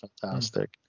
fantastic